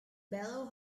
belo